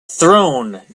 throne